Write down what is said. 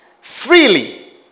freely